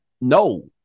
no